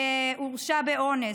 שהורשע באונס.